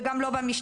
וגם לא במשטרה.